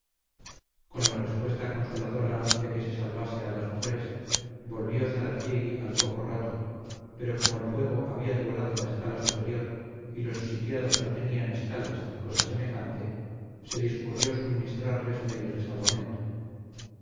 con la respuesta consoladora de que se salvase a las mujeres volvió zaratiegui al poco rato pero como el fuego había devorado la escalera superior y los sitiados no tenían escalas ni cosa semejante se discurrió suministrarles medios de salvamento